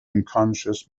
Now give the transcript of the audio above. unconscious